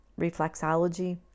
reflexology